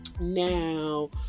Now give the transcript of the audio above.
Now